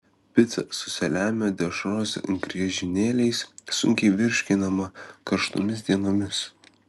pica su saliamio dešros griežinėliais sunkiai virškinama karštomis dienomis